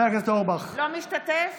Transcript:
אינו משתתף